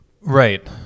Right